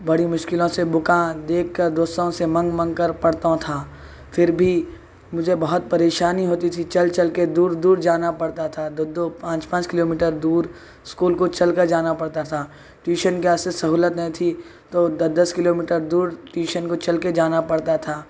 بڑی مشکلوں سے بکس دیکھ کر دوستوں سے مانگ مانگ کر پڑھتا تھا پھر بھی مجھے بہت پریشانی ہوتی تھی چل چل کے دور دور جانا پڑتا تھا دو دو پانچ پانچ کلو میٹر دور اِسکول کو چل کر جانا پڑتا تھا ٹیوشن کے واسطے سہولتیں نہیں تھیں تو دس دس کلو میٹر دور ٹیوشن کو چل کے جانا پڑتاتھا